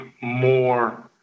more